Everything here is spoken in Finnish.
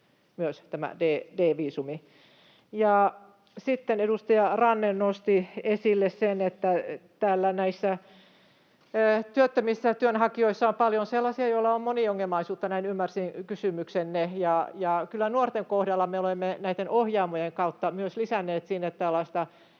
myös, tämä D-viisumi. Sitten edustaja Ranne nosti esille sen, että näissä työttömissä työnhakijoissa on paljon sellaisia, joilla on moniongelmaisuutta. Näin ymmärsin kysymyksenne. Ja kyllä, nuorten kohdalla me olemme näitten ohjaamojen kautta myös lisänneet sinne tällaista